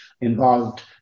involved